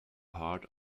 part